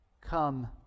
come